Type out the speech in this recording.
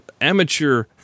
amateur